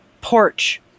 porch